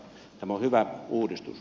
tämä on hyvä uudistus